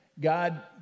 God